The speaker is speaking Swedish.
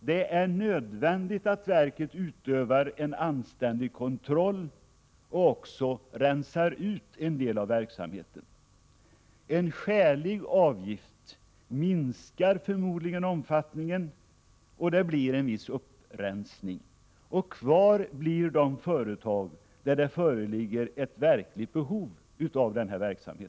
Det är nödvändigt att verket utövar en anständig kontroll och även rensar ut en del av verksamheten. En skälig avgift minskar förmodligen omfattningen, och det blir en viss upprensning. Kvar blir de företag som har ett verkligt behov av denna verksamhet.